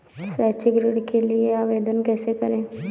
शैक्षिक ऋण के लिए आवेदन कैसे करें?